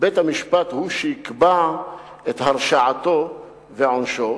בית-המשפט הוא שיקבע את הרשעתו ועונשו,